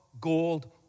gold